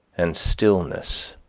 and stillness,